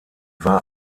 war